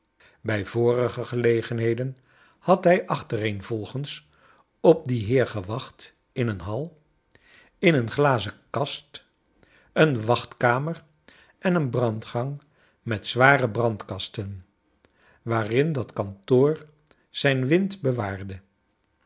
bij vorige gelegenheden had hij achtereenvolgens op dien heer gewacht in een hal in een glazen kast een wachtkamer en een brandgang met zware brandkasten waarin dat kantoor zijn wind bewaarde